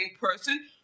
person